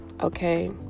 okay